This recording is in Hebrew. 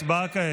הצבעה כעת.